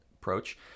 approach